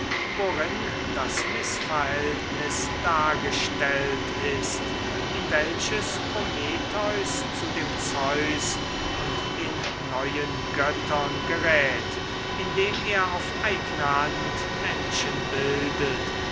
worin das mißverhältnis dargestellt ist in welches prometheus zu dem zeus und den neuen göttern gerät indem er auf eigne hand